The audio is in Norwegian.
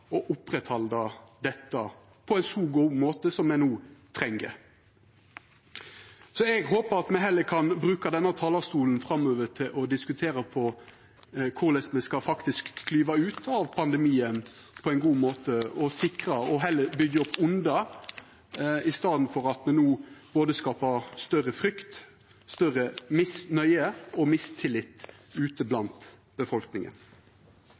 dette på ein så god måte som me no treng. Eg håpar at me heller kan bruka denne talarstolen framover til å diskutera korleis me faktisk skal klyva ut av pandemien på ein god måte og heller byggja opp under det, i staden for at me no skapar både større frykt, større misnøye og mistillit ute blant befolkninga.